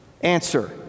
Answer